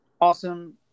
awesome